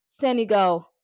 Senegal